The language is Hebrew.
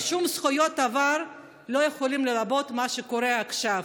כי שום זכויות עבר לא יכולות, מה שקורה עכשיו.